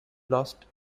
lost